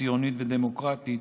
ציונית ודמוקרטית,